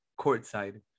courtside